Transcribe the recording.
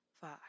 five